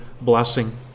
blessing